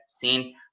seen